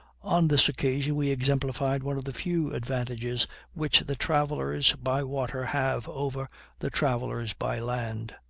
on this occasion we exemplified one of the few advantages which the travelers by water have over the travelers by land.